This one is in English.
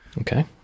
Okay